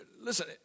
listen